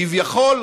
כביכול,